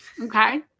Okay